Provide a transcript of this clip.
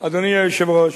אדוני היושב-ראש,